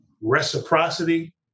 reciprocity